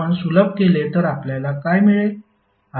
जर आपण सुलभ केले तर आपल्याला काय मिळेल